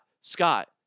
Scott